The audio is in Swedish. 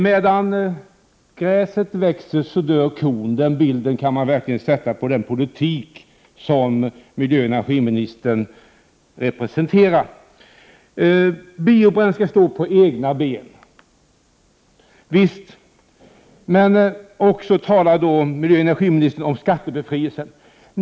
”Medan gräset gror dör kon” — så kan man beskriva den politik som miljöoch energiministern representerar. Biobränslena står på egna ben. Javisst! Och så talar miljöoch energiminis tern om skattebefrielsen.